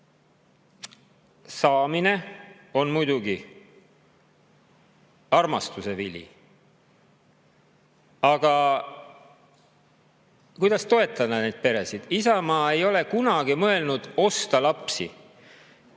saamine on muidugi armastuse vili, aga kuidas toetada neid peresid? Isamaa ei ole kunagi mõelnud osta lapsi.